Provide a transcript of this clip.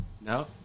no